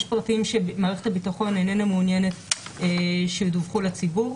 יש פרטים שמערכת הביטחון איננה מעוניינת שידווחו לציבור.